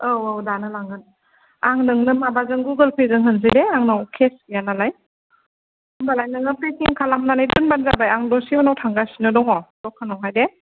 औ औ दानो लांगोन आं नोंनो माबाजों गुगोल पे जों होनसैदे आंनाव केस गैया नालाय होनबालाय नोङो पेकिं खालामनानै दोनबानो जाबाय आं दसे उनाव थांगासिनो दङ दखानावहाय दे